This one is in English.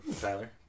Tyler